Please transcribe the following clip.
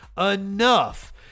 enough